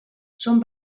són